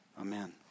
Amen